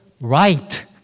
right